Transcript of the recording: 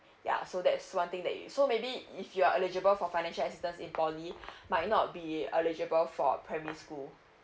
ya so that's one thing that you so maybe if you are eligible for financial assistance in poly might not be eligible for primary school